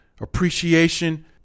Appreciation